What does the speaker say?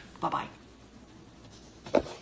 Bye-bye